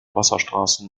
wasserstraßen